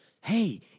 Hey